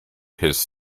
his